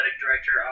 director